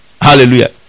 Hallelujah